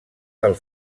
del